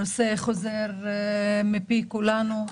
הנושא הזה חוזר מפי כולנו.